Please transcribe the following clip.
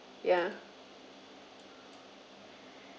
ya